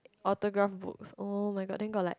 autograph books oh-my-god then got like